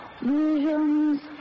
visions